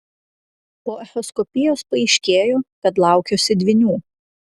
po echoskopijos paaiškėjo kad laukiuosi dvynių